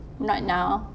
not now